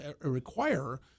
require